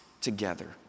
together